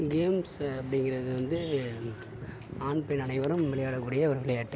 games அப்படிங்குறது வந்து ஆண் பெண் அனைவரும் விளையாடக்கூடிய ஒரு விளையாட்டு